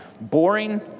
boring